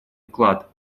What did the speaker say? вклад